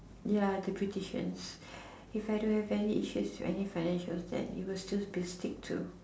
ya beautician if I don't have any issue with any financial that it will still be stick to